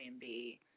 Airbnb